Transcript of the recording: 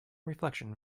reflection